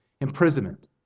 Imprisonment